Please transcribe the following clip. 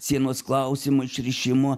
sienos klausimo išrišimo